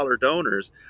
donors